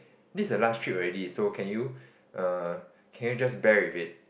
this is the last trip already so can you err can you just bear with it